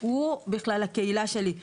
היא הקהילה שלי.